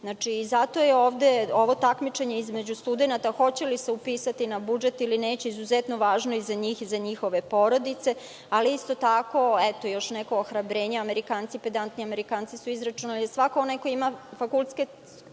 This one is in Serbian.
vrati. Zato je ovo takmičenje između studenata, hoće li se upisati na budžet ili neće, izuzetno važno, i za njih, i za njihove porodice. Isto tako, još neko ohrabrenje, Amerikanci, pedantni Amerikanci, su izračunali da svako ko ima fakultetsku